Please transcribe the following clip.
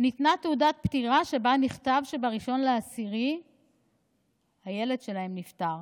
ניתנה תעודת פטירה שבה נכתב שב-1 באוקטובר הילד שלהם נפטר.